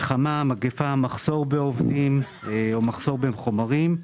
כמו מלחמה, מגפה, מחסור בעובדים, מחסור בחומרים.